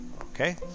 okay